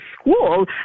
school